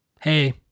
hey